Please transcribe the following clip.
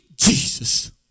Jesus